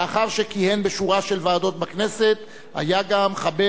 לאחר שכיהן בשורה של ועדות בכנסת היה גם חבר